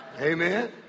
Amen